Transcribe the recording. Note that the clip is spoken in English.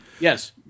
Yes